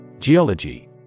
Geology